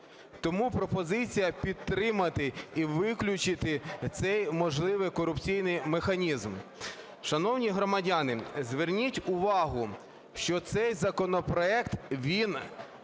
Тому пропозиція підтримати і виключити цей можливий корупційний механізм. Шановні громадяни, зверніть увагу, що цей законопроект, він